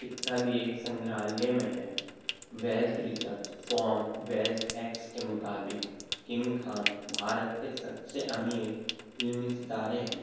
سکہ بھی ایک سنگراہلیہ میں ہے کے مطابق کنگ خان بھارت کے سب سے امیر فلمی ستارے ہیں